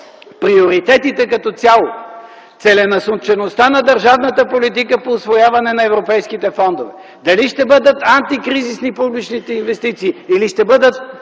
приоритетите като цяло. Целенасочеността на държавната политика в усвояване на европейските фондове. Дали ще бъдат антикризисни публичните инвестиции или ще бъдат